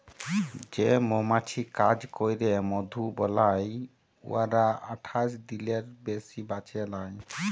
যে মমাছি কাজ ক্যইরে মধু বালাই উয়ারা আঠাশ দিলের বেশি বাঁচে লায়